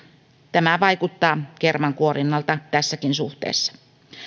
tämä vaikuttaa kermankuorinnalta tässäkin suhteessa